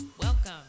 Welcome